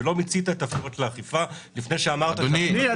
לא מיצית את האכיפה לפני שאמרת --- אדוני,